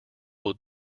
will